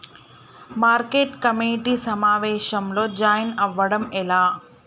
Market committee సమావేశంలో join అవ్వడం ఎలా?